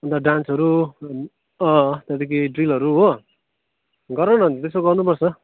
अन्त डान्सहरू अँँ त्यहाँदेखि ड्रिलहरू हो गर न त्यसो गर्नुपर्छ